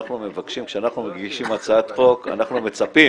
כשאנחנו מגישים הצעת חוק אנחנו מצפים